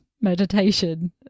meditation